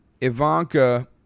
Ivanka